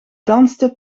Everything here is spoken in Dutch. dansten